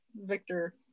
Victor